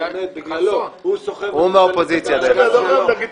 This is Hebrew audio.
רק אם הוא נמצא ביצהר.